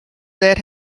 that